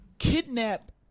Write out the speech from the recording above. kidnap